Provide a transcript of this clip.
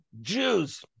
Jews